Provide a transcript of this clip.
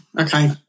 Okay